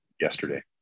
yesterday